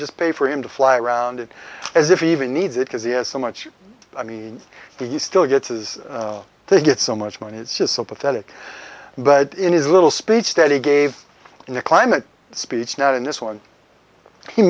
just pay for him to fly around it as if he even needs it because he has so much i mean he still gets his they get so much money it's just so pathetic but in his little speech steady gave him the climate speech not in this one